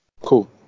Cool